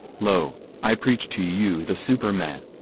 lo, i preach to you the superman.